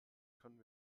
können